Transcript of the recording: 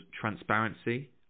transparency